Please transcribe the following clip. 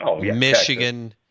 Michigan